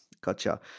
gotcha